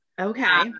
Okay